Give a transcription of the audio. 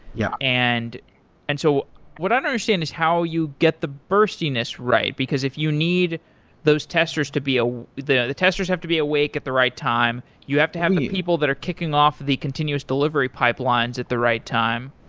yeah and and so understand is how you get the burstiness right, because if you need those testers to be ah the the testers have to be awake at the right time. you have to have the people that are kicking off the continuous delivery pipelines at the right time.